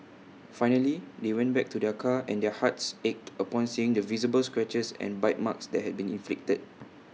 finally they went back to their car and their hearts ached upon seeing the visible scratches and bite marks that had been inflicted